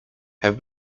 have